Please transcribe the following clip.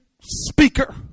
speaker